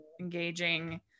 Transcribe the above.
engaging